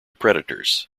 predators